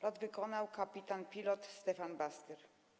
Lot wykonał kpt. pilot Stefan Bastyr.